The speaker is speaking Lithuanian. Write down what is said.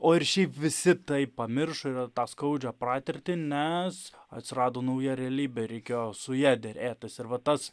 o ir šiaip visi tai pamiršo ir tą skaudžią patirtį nes atsirado nauja realybė reikėjo su ja derėtis ir va tas